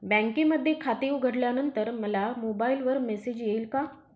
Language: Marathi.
बँकेमध्ये खाते उघडल्यानंतर मला मोबाईलवर मेसेज येईल का?